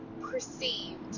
perceived